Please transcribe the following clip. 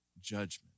judgment